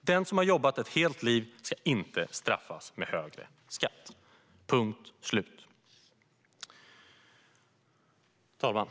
2020. Den som har jobbat ett helt liv ska inte straffas med högre skatt - punkt slut. Fru talman!